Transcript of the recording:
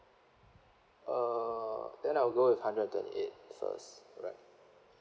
uh then I'll go with hundred and twenty eight first right